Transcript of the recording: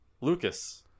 Lucas